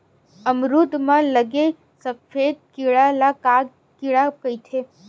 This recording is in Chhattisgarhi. अमरूद म लगे सफेद कीरा ल का कीरा कइथे?